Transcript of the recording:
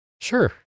Sure